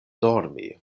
dormi